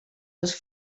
els